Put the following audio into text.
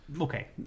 Okay